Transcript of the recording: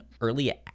early